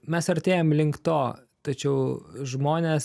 mes artėjam link to tačiau žmonės